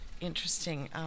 interesting